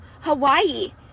hawaii